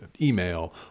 email